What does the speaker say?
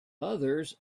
others